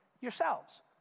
yourselves